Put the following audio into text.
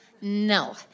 No